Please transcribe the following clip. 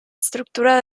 estructura